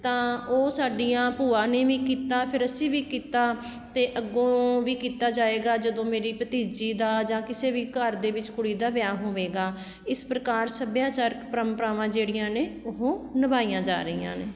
ਤਾਂ ਉਹ ਸਾਡੀਆਂ ਭੂਆ ਨੇ ਵੀ ਕੀਤਾ ਫੇਰ ਅਸੀਂ ਵੀ ਕੀਤਾ ਅਤੇ ਅੱਗੋਂ ਵੀ ਕੀਤਾ ਜਾਵੇਗਾ ਜਦੋਂ ਮੇਰੀ ਭਤੀਜੀ ਦਾ ਜਾਂ ਕਿਸੇ ਵੀ ਘਰ ਦੇ ਵਿੱਚ ਕੁੜੀ ਦਾ ਵਿਆਹ ਹੋਵੇਗਾ ਇਸ ਪ੍ਰਕਾਰ ਸੱਭਿਆਚਾਰਕ ਪਰੰਪਰਾਵਾਂ ਨੇ ਜਿਹੜੀਆਂ ਨੇ ਉਹ ਨਿਭਾਈਆਂ ਜਾ ਰਹੀਆਂ ਨੇ